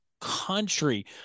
country